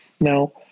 now